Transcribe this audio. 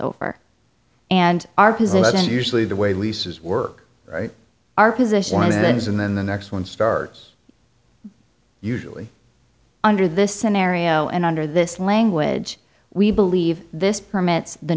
over and our president usually the way leases work right our position as it ends and then the next one starts usually under this scenario and under this language we believe this permits the